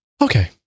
Okay